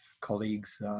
colleagues